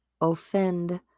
offend